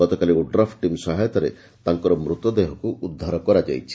ଗତକାଲି ODRAF team ସହାୟତାରେ ତାଙ୍କର ମୃତ ଦେହକୁ ଉଦ୍ଧାର କରାଯାଇଛି